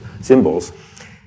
symbols